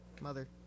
Mother